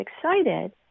excited